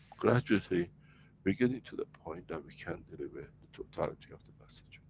gradually we're getting to the point, that we can deliver the totality of the message.